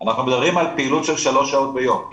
אנחנו מדברים על פעילות של 3 שעות ביום.